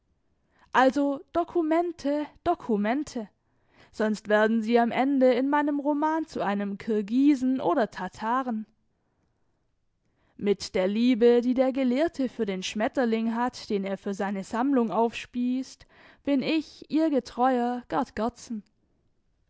also dokumente dokumente sonst werden sie am ende in meinem roman zu einem kirgisen oder tataren mit der liebe die der gelehrte für den schmetterling hat den er für seine sammlung aufspiesst bin ich ihr getreuer gerd